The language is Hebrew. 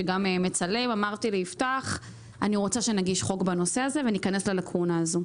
שאני רוצה שנגיש חוק בנושא הזה וניכנס ללקונה הזאת.